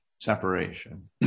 separation